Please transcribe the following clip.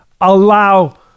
allow